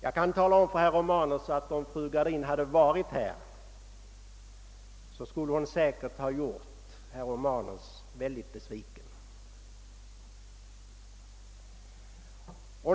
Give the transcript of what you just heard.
Jag kan tala om för herr Romanus att fru Gradin säkerligen skulle ha gjort honom besviken om hon hade varit här.